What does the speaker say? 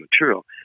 material